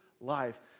life